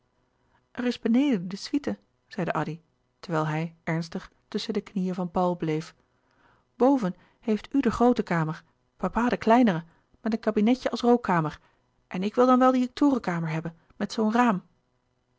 er is beneden de suite zeide addy terwijl hij ernstig tusschen de knieën van paul bleef boven heeft u de groote kamer papa de kleinere met een kabinetje als rookkamer en ik wil dan wel die torenkamer hebben met zoo een raam